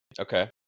Okay